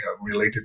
related